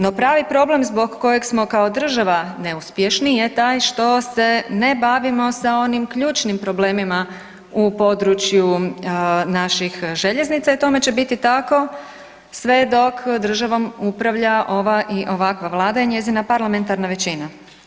No pravi problem zbog kojeg smo kao država neuspješni je taj što se ne bavimo sa onim ključnim problemima u području naših željeznica i tome će biti tako sve dok državom upravlja ova i ovakva Vlada i njezina parlamentarna većina.